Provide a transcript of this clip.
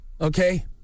Okay